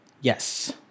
Yes